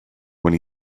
when